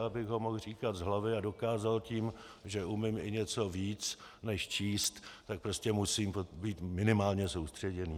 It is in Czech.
Abych ho mohl říkat z hlavy a dokázal tím, že umím i něco víc než číst, tak prostě musím být minimálně soustředěný.